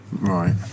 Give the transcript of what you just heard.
Right